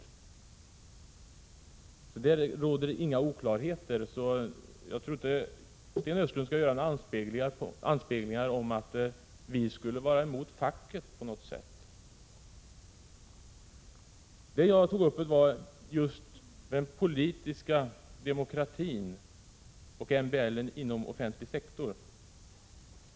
På den punkten råder det inga oklarheter, så jag tror inte att Sten Östlund skall göra några anspelningar på att vi på något sätt skulle vara mot facket. Det jag tog upp var just den politiska demokratin och MBL inom offentlig sektor.